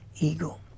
eagle